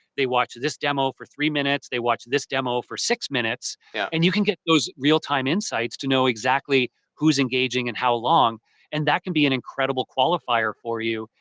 they watched this demo for three minutes, they watched this demo for six minutes yeah and you can get those real-time insights to know exactly who's engaging and how long and that can be an incredible qualifier for you,